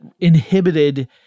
inhibited